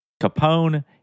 Capone